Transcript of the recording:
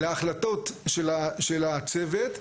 להחלטות של הצוות,